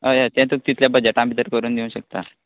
हय अ तें तुका तितलें बजटा भितर करून दिवं शकता